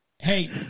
Hey